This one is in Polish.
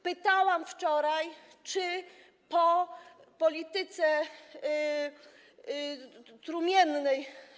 Pytałam wczoraj, czy po polityce trumiennej.